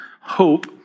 hope